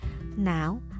Now